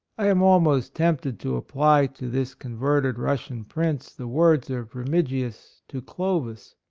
i am almost tempted to apply to this converted russian prince, the words of remigius to clovis.